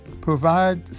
Provide